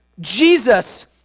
Jesus